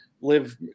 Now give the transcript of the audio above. Live